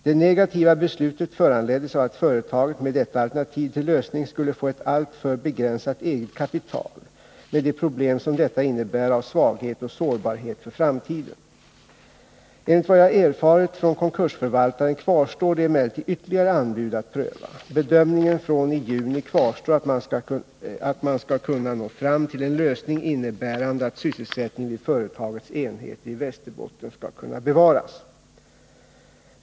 Det negativa beslutet föranleddes av att företaget med detta alternativ till lösning skulle få ett alltför begränsat eget kapital, med de problem som detta innebär av svaghet och sårbarhet för framtiden. Enligt vad jag erfarit från konkursförvaltaren kvarstår det emellertid ytterligare anbud att pröva. Bedömningen från i juni kvarstår att man skall kunna nå fram till en lösning innebärande att sysselsättningen vid företagets enheter i Västerbotten skall kunna bevaras.